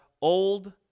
old